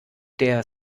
der